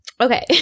Okay